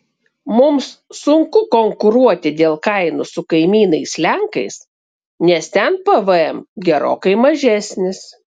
mums sunku konkuruoti dėl kainų su kaimynais lenkais nes ten pvm gerokai mažesnis